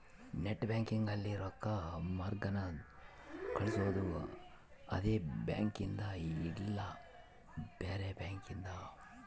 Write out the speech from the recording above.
net banking ಅಲ್ಲಿ ರೊಕ್ಕ ಯಾರ್ಗನ ಕಳ್ಸೊದು ಅದೆ ಬ್ಯಾಂಕಿಂದ್ ಇಲ್ಲ ಬ್ಯಾರೆ ಬ್ಯಾಂಕಿಂದ್